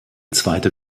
zweite